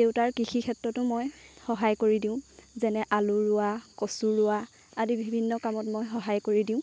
দেউতাৰ কৃষি ক্ষেত্ৰতো মই সহায় কৰি দিওঁ যেনে আলু ৰোৱা কচু ৰোৱা আদি বিভিন্ন কামত মই সহায় কৰি দিওঁ